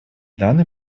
данный